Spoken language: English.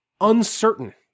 uncertain